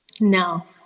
No